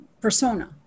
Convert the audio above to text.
persona